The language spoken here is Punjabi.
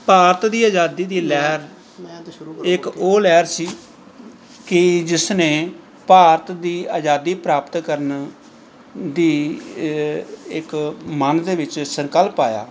ਭਾਰਤ ਦੀ ਆਜ਼ਾਦੀ ਦੀ ਲਹਿਰ ਇੱਕ ਉਹ ਲਹਿਰ ਸੀ ਕਿ ਜਿਸਨੇ ਭਾਰਤ ਦੀ ਆਜ਼ਾਦੀ ਪ੍ਰਾਪਤ ਕਰਨ ਦੀ ਇੱਕ ਮਨ ਦੇ ਵਿੱਚ ਸੰਕਲਪ ਆਇਆ